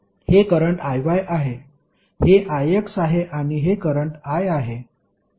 हे current Iy आहे हे Ix आहे आणि हे करंट I आहे